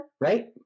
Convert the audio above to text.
right